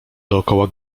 dookoła